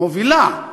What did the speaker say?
מובילה.